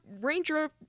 Ranger